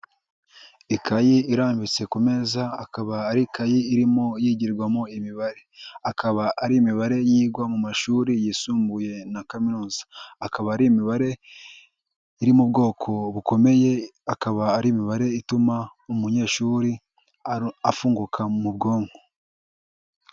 Ikayi irambitse ku meza akaba ari kayi irimo yigirwamo imibare, akaba ari imibare yigwa mu mashuri yisumbuye na kaminuza, akaba ari imibare iri mu bwoko bukomeye, akaba ari imibare ituma umunyeshuri afunguka mu bwonko.